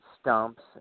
stumps